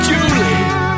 Julie